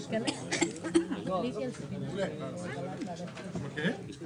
(הישיבה נפסקה בשעה 11:51 ונתחדשה בשעה 11:57.)